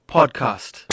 Podcast